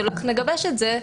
תלוי איך נגבש את זה,